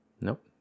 nope